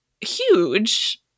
huge